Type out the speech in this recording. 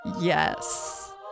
Yes